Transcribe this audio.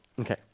Okay